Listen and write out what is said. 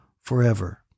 forever